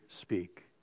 speak